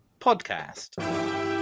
Podcast